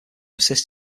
assist